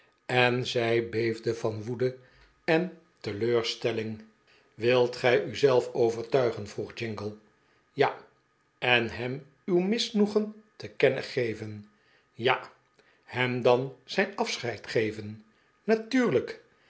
en zij beefde van woede en te leurstelling wilt gij u zelf overtuigen vroeg jingle ja en hem uw misnoegen te kennen ge ven ja hem dan zijn afscheid geven natuurlijk